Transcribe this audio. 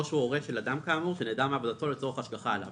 הוא אינו יכול להגיע למקום העבודה או לשהות בו,